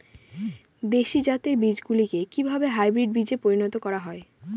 দেশি জাতের বীজগুলিকে কিভাবে হাইব্রিড বীজে পরিণত করা হয়?